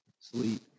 sleep